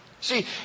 See